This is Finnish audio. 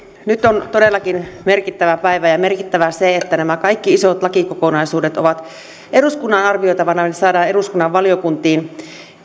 nyt on todellakin merkittävä päivä merkittävää on se että nämä kaikki isot lakikokonaisuudet ovat eduskunnan arvioitavana ja ne saadaan eduskunnan valiokuntiin